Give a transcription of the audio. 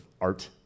art